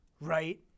right